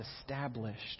established